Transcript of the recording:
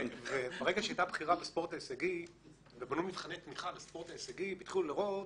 ובנו מבחני תמיכה בספורט ההישגי, התחילו לראות